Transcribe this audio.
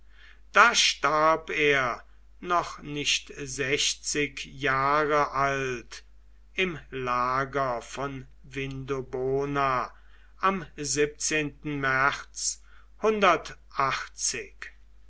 da starb er noch nicht sechzig jahre alt im lager von vindobona am märz